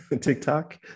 TikTok